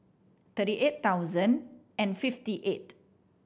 thirty eight thousand and fifty eight